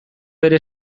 bere